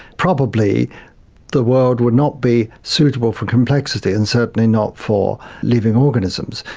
probably the world would not be suitable for complexity and certainly not for living organisms.